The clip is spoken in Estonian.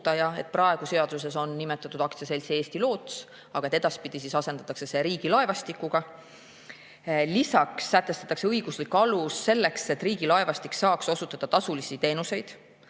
Praegu seaduses on nimetatud Aktsiaseltsi Eesti Loots, edaspidi asendatakse see Riigilaevastikuga. [Teiseks] sätestatakse õiguslik alus selleks, et Riigilaevastik saaks osutada tasulisi teenuseid